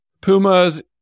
pumas